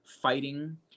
fighting